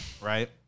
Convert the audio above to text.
right